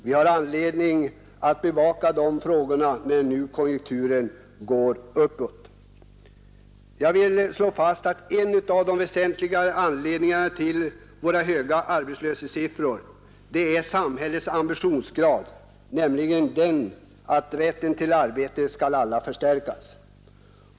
Vi har anledning att bevaka de frågorna när nu konjunkturen går uppåt. Jag vill slå fast att en av de väsentliga anledningarna till våra höga arbetslöshetssiffror är samhällets ambitionskrav att förstärka rätten till arbete.